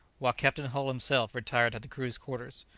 while captain hull himself retired to the crew's quarter,